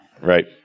Right